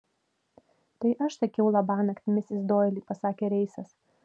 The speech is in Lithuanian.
tai aš sakiau labanakt misis doili pasakė reisas